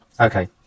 okay